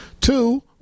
Two